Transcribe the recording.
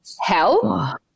hell